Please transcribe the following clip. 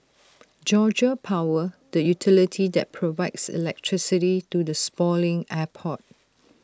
Georgia power the utility that provides electricity to the sprawling airport